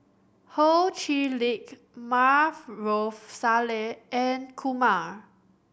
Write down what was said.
Ho Chee Lick Maarof Salleh and Kumar